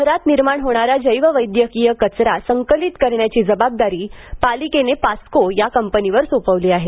शहरात निर्माण होणारा जैववैद्यकीय कचरा संकलित करण्याची जबाबदारी पालिकेने पास्को कंपनीवर सोपवली आहे